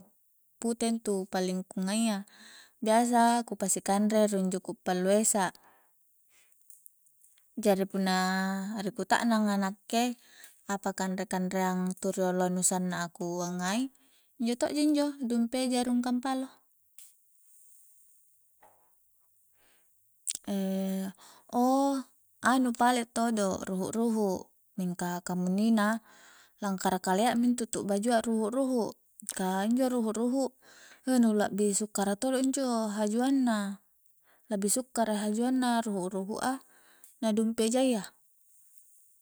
Pute intu paling ku ngaia biasa ku pasi aknre rung juku pallu esa jari punna ri kutaknangnga nakke apa kanre-kanreang tu rioloa nu sanna a ku a'ngai injo to ji injo dumpi eja rung kampalo oo anu pale todo ruhu-ruhu mingka kamunnina langkara kalia mi intu tu bajua ruhu-ruhu ka injo ruhu-ruhu euh nu lakbi sukkara todo injo hajuang na lakbi sukkara injo hajuanna ruhu-ruhu a na dumpi ejayya